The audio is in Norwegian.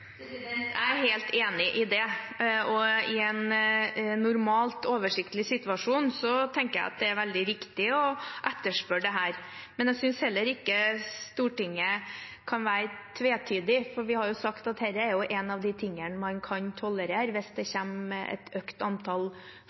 Jeg er helt enig i det, og i en normalt oversiktlig situasjon synes jeg det er veldig riktig å etterspørre dette. Men jeg synes heller ikke at Stortinget skal være tvetydig, for vi har jo sagt at dette er noe av det man kan tolerere, at hvis det kommer et økt antall